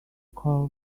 call